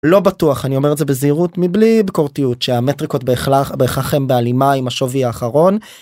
לא בטוח אני אומר את זה בזהירות מבלי בקורתיות, שהמטריקות בהכרח הם בהלימה עם השווי האחרון.